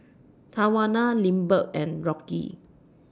Tawana Lindbergh and Rocky